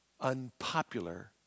unpopular